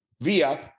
via